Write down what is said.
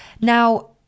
now